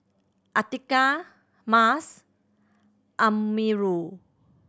Atiqah Mas Amirul